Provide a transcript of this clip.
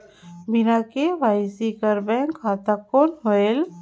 बिना के.वाई.सी कर बैंक खाता कौन होएल?